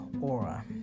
aura